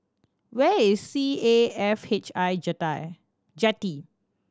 where is C A F H I Jetty